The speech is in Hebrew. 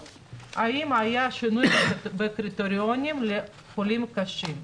האם היה שינוי בקריטריונים לחולים קשים.